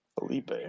Felipe